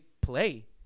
play